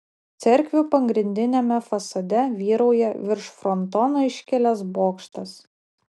cerkvių pagrindiniame fasade vyrauja virš frontono iškilęs bokštas